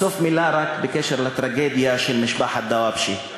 בסוף מילה רק בקשר לטרגדיה של משפחת דוואבשה.